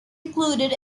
included